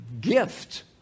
gift